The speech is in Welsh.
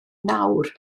nawr